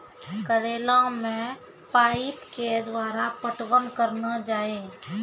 करेला मे पाइप के द्वारा पटवन करना जाए?